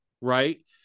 right